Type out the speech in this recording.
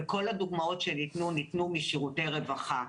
וכל הדוגמאות שניתנו ניתנו משירותי רווחה.